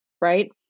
right